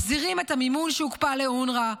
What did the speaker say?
מחזירים את המימון שהוקפא לאונר"א,